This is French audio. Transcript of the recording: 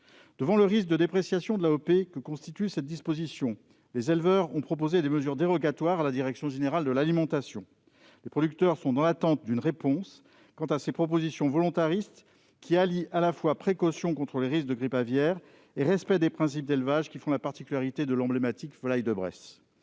Face au risque de dépréciation de l'AOP que constitue cette mesure, les éleveurs ont proposé des solutions dérogatoires à la direction générale de l'alimentation. Les producteurs attendent aujourd'hui une réponse à leurs propositions volontaristes, qui permettent d'allier à la fois précautions contre les risques de grippe aviaire et respect des principes d'élevage qui font la particularité de l'emblématique volaille de Bresse.